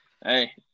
Hey